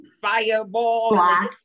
fireball